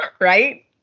right